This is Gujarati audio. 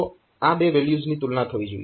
તો આ બે વેલ્યુઝની તુલના થવી જોઈએ